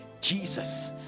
Jesus